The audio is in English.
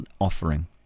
offering